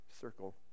circle